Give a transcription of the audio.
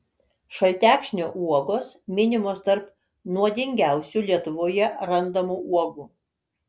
šaltekšnio uogos minimos tarp nuodingiausių lietuvoje randamų uogų